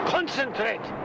Concentrate